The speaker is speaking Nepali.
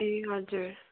ए हजुर